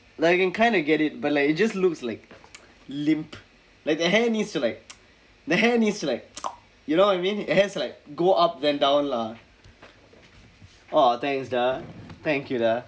like you can kind of get it but like it just looks like limp like the hair needs to like the hair needs to like you know what I mean the hair has to like go up then down lah !wah! thanks dah thank you dah